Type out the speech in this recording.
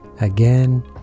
again